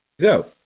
go